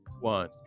one